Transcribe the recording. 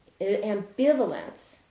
ambivalence